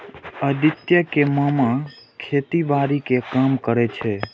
अदिति के मामा खेतीबाड़ी के काम करै छै